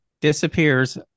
disappears